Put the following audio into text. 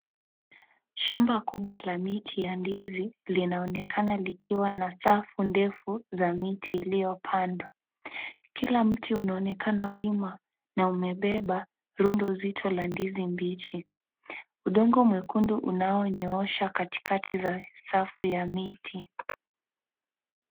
Shamba kubwa la miti ya ndizi linaonekana likiwa na safu ndefu za miti iliyopandwa. Kila mti unaonekana wima na umebeba rundo zito la ndizi mbichi. Udongo mwekundu unaonyooshaa katikati ya safu ya miti.